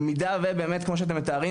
במידה ובאמת כמו שאתם מתארים,